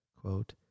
quote